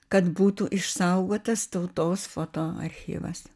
kad būtų išsaugotas tautos fotoarchyvas